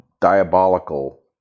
diabolical